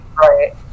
right